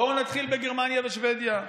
בואו נתחיל בגרמניה ושבדיה.